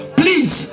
please